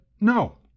no